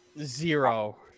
Zero